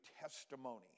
testimony